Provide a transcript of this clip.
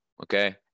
okay